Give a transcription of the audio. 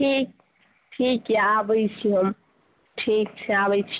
ठीक ठीक छै आबै छी हम ठीक छै आबै छी